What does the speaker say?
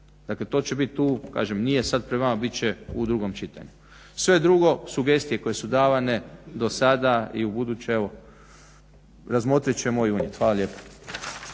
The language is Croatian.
Dakle, to će biti tu, kažem nije sad pred vama bit će u drugom čitanju. Sve drugo, sugestije koje su davane dosada i ubuduće evo razmotrit ćemo i o njima. Hvala lijepa.